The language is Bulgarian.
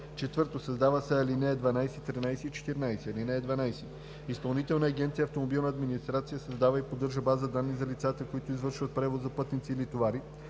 12.“ 4. Създават се ал. 12,13 и 14: „(12) Изпълнителна агенция „Автомобилна администрация“ създава и поддържа база данни за лицата, които извършват превоз на пътници или товари